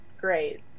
great